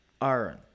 Iron